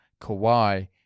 Kawhi